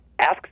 asks